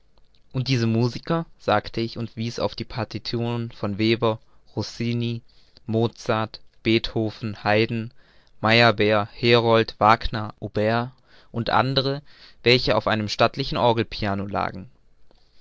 und diese musiker sagte ich und wies auf die partituren von weber rossini mozart beethoven haydn meyerbeer herold wagner auber u a wel che auf einem stattlichen orgel piano lagen